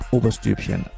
Oberstübchen